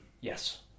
Yes